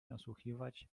nasłuchiwać